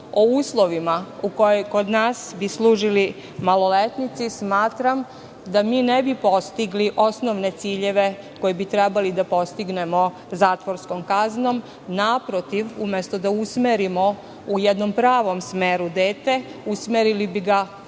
o uslovima u kojima kod nas služe maloletnici, smatram da mi ne bi postigli osnovne ciljeve koje bi trebalo da postignemo zatvorskom kaznom. Naprotiv, umesto da usmerimo u jednom pravom smeru dete, usmerili bi ga u